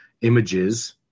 images